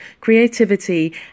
creativity